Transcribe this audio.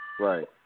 Right